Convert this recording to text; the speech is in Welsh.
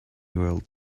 weld